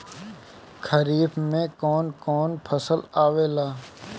खरीफ में कौन कौन फसल आवेला?